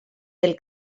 del